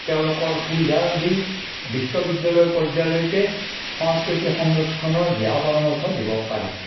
তেওঁলোকৰ সুবিধা দি বিশ্ববিদ্যালয় পৰ্যায়লৈকে সংস্কৃতি সংৰক্ষণৰ দিহা পৰামৰ্শ দিব পাৰে